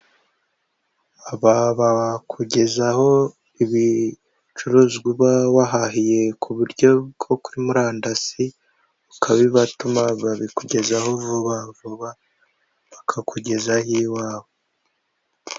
Aba bakugezaho ibicuruzwa uba wahahiye ku buryo bwo kuri murandasi, ukabibatuma babikugezaho vuba vuba bakakugezaho iwawe.